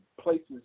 places